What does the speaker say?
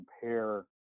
compare